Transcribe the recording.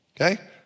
Okay